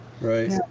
Right